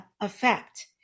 Effect